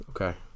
Okay